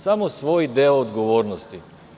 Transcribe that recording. Samo svoj deo odgovornosti.